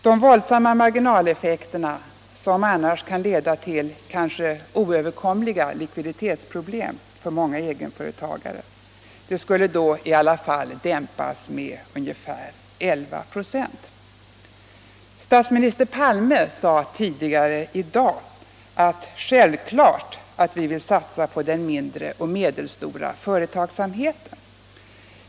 De våldsamma marginaleffekterna, som annars kan leda till kanske oöverkomliga likviditetsproblem för många egenföretagare, skulle då dämpas med ungefär 11: Statsminister Palme sade tidigare i dag att det är ”självklart att vi vill satsa på den mindre och medelstora företagsamheten”.